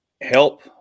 Help